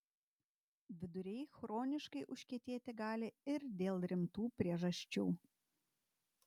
viduriai chroniškai užkietėti gali ir dėl rimtų priežasčių